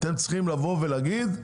אתם צריכים לבוא ולהגיד,